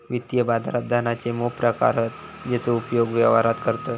वित्तीय बाजारात धनाचे मोप प्रकार हत जेचो उपयोग व्यवहारात करतत